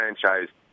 franchise